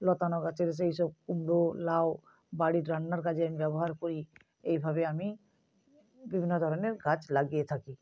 লতানো গাছের সেই সব কুমড়ো লাউ বাড়ির রান্নার কাজে আমি ব্যবহার করি এইভাবে আমি বিভিন্ন ধরনের গাছ লাগিয়ে থাকি